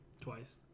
twice